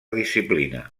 disciplina